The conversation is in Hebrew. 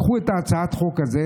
קחו את הצעת החוק הזאת,